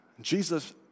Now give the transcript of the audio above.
Jesus